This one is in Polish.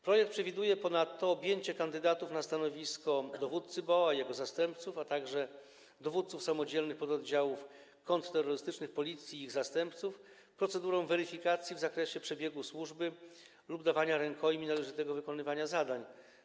Projekt przewiduje ponadto objęcie kandydatów na stanowisko dowódcy BOA, jego zastępców, a także dowódców samodzielnych pododdziałów kontrterrorystycznych Policji i ich zastępców procedurą weryfikacji w zakresie przebiegu służby lub dawania rękojmi należytego wykonywania zadań.